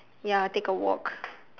ya take a walk